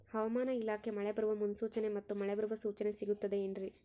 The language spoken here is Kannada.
ಹವಮಾನ ಇಲಾಖೆ ಮಳೆ ಬರುವ ಮುನ್ಸೂಚನೆ ಮತ್ತು ಮಳೆ ಬರುವ ಸೂಚನೆ ಸಿಗುತ್ತದೆ ಏನ್ರಿ?